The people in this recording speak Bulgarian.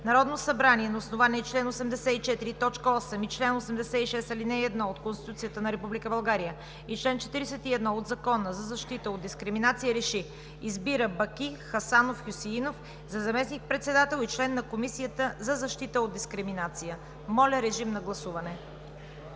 Народното събрание на основание чл. 84, т. 8 и чл. 86, ал. 1 от Конституцията на Република България и чл. 41 от Закона за защита от дискриминация РЕШИ: Избира Баки Хасанов Хюсеинов за заместник-председател и член на Комисията за защита от дискриминация.“ Моля, режим на гласуване.